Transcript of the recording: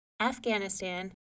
Afghanistan